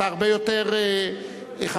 אתה הרבה יותר חכם,